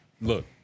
Look